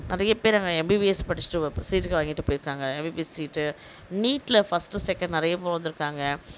நிறையப்பேர் அங்கே எம்பிபிஎஸ் படிச்சுட்டு சீட்டுங்க வாங்கிட்டு போயிருக்காங்க எம்பிபிஎஸ் சீட்டு நீட்ல ஃபர்ஸ்டு செகண்ட் நிறைய முறை வந்திருக்காங்க